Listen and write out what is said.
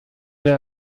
der